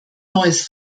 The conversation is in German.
neues